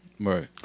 Right